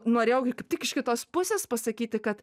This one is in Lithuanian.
norėjau tik iš kitos pusės pasakyti kad